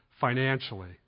financially